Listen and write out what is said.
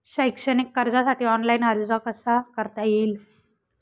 शैक्षणिक कर्जासाठी ऑनलाईन अर्ज कसा करता येईल?